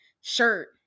shirt